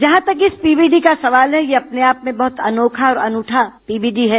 जहां तक इस पी बी डी का सवाल है ये अपने आप में बहुत अनोखा और अनूठा पी बी डी है